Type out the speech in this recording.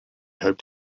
hoped